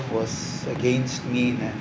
was against me and